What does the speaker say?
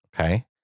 Okay